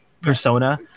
persona